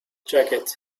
jacket